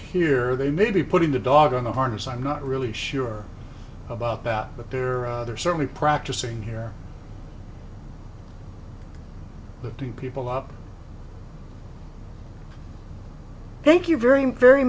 here they may be putting the dog on a harness i'm not really sure about that but there are certainly practicing here that the people up thank you very very